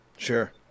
sure